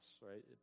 right